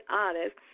honest